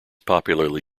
popularly